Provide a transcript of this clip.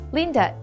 Linda